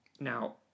Now